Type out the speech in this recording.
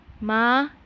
Ma